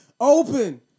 Open